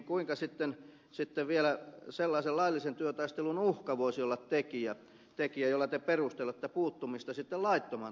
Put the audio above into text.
kuinka sitten vielä sellaisen laillisen työtaistelun uhka voisi olla tekijä jolla te perustelette puuttumista laittomaan työtaisteluun